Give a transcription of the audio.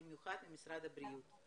במיוחד במשרד הבריאות.